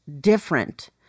different